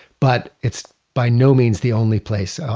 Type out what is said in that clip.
but it's by no means the only place. so